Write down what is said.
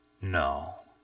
no